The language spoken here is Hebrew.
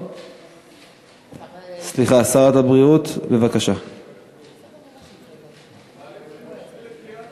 חברי חברי הכנסת, אנחנו נעבור להצעת החוק